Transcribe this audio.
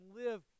live